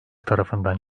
tarafından